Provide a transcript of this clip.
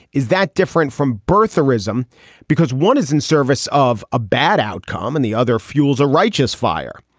is that different from birtherism because one is in service of a bad outcome and the other fuels a righteous fire?